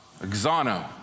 Exano